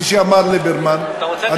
כמו שאמר ליברמן, אתה רוצה לדבר על ספינות?